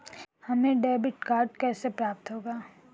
हमें debit card कैसे प्राप्त होगा?